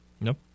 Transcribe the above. Nope